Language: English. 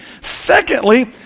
Secondly